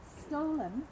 stolen